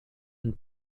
and